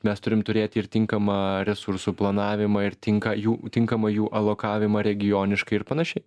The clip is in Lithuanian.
mes turim turėt ir tinkamą resursų planavimą ir tinka jų tinkamą jų alokavimą regioniškai ir panašiai